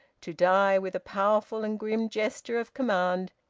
to die with a powerful and grim gesture of command,